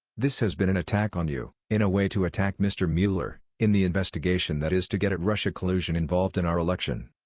this has been an attack on you, in a way to attack mr. mueller, in the investigation that is to get at russia collusion involved in our election.